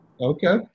Okay